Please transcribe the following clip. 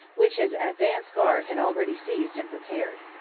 which his advance guard had already seized and prepared.